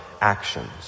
actions